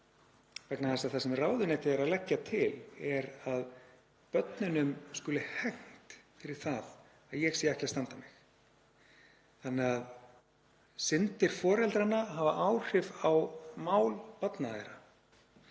vegna þess að það sem ráðuneytið er að leggja til er að börnum skuli hegnt fyrir það að ég sé ekki að standa mig. Þannig eiga syndir foreldranna að hafa áhrif á mál barna þeirra.